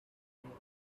really